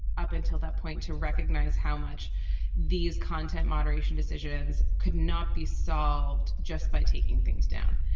up until that point, to recognize how much these content moderation decisions could not be solved just by taking things down.